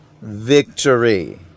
victory